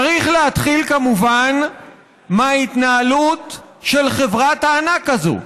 צריך להתחיל כמובן מההתנהלות של חברת הענק הזאת,